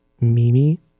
Mimi